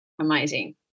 Amazing